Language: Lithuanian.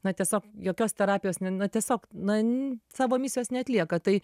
na tiesiog jokios terapijos n na tiesiog na savo misijos neatlieka tai